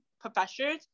professors